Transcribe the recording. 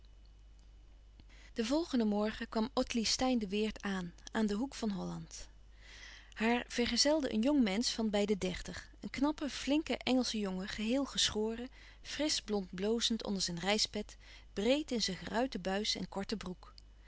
den volgenden morgen kwam ottilie steyn de weert aan aan den hoek van holland haar vergezelde een jongmensch van bij de dertig een knappe flinke engelsche jongen geheel geschoren frisch blond blozend onder zijn reispet breed in zijn geruite buis en korte broek